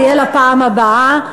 זה יהיה לפעם הבאה,